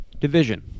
Division